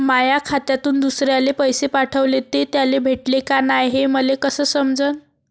माया खात्यातून दुसऱ्याले पैसे पाठवले, ते त्याले भेटले का नाय हे मले कस समजन?